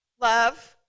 love